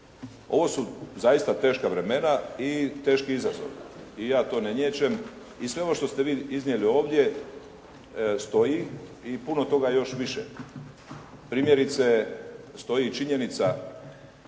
Ovo su zaista teška vremena i teški izazovi i ja to ne niječem i sve ovo što ste vi iznijeli ovdje stoji i puno toga još više. Primjerice, stoji činjenica